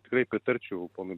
tikrai pritarčiau ponui